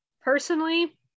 personally